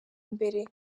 imbere